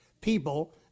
people